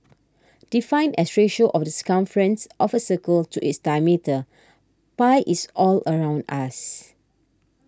defined as ratio of the circumference of a circle to its diameter pi is all around us